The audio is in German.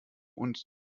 und